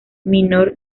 minor